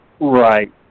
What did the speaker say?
Right